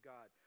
God